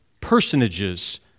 personages